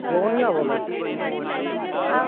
colony दा बोल्ला दे